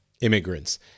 immigrants